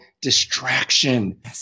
distraction